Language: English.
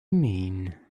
mean